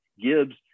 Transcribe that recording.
Gibbs